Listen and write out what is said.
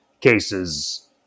cases